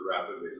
rapidly